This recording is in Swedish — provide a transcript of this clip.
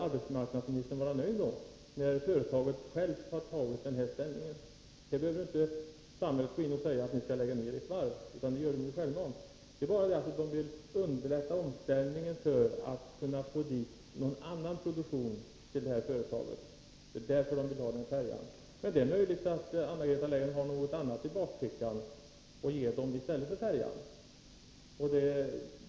Arbetsmarknadsministern borde alltså vara nöjd, när företaget självt tar denna ställning. Här behöver inte samhället gå in och säga: Ni skall lägga ned varvet; det säger företaget självt. Det är bara det att man vill underlätta omställningen för att kunna få någon annan produktion till företaget — det är därför man vill ha beställningen på färjan. Men det är möjligt att Anna-Greta Leijon har något annat i bakfickan som hon kan ge företaget i stället för färjan.